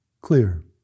clear